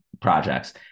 projects